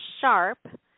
sharp